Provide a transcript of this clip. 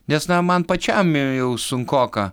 nes na man pačiam jau sunkoka